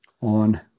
on